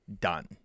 done